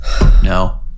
no